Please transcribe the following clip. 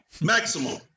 maximum